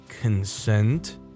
consent